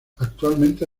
actualmente